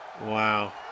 Wow